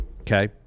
Okay